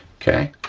okay?